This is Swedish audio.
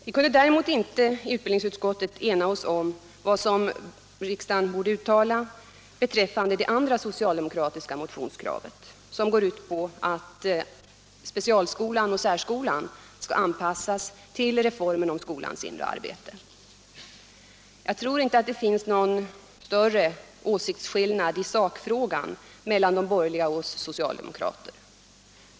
Vi kunde däremot inte ena oss i utskottet om vad riksdagen borde uttala beträffande det andra socialdemokratiska motionskravet, som går ut på att specialskolan och särskolan skall anpassas till reformen om skolans inre arbete. Jag tror inte det finns någon större åsiktsskillnad i sakfrågan mellan de borgerliga och oss socialdemokrater.